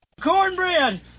Cornbread